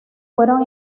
fueron